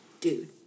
Dude